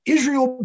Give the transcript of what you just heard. Israel